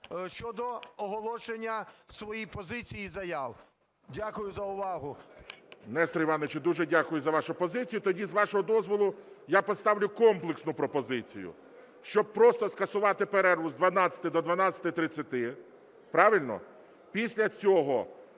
щодо оголошення своїх позицій і заяв. Дякую за увагу. ГОЛОВУЮЧИЙ. Нестор Іванович, дуже дякую за вашу позицію. Тоді, з вашого дозволу, я поставлю комплексну пропозицію, щоб просто скасувати перерву з 12-ї до 12:30. Правильно? Після цього